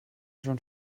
schon